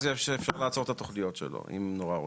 אז אפשר לעצור את התוכניות שלו אם נורא רוצים.